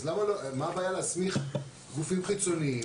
אז מה הבעיה להסמיך גופים חיצוניים?